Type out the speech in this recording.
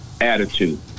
attitude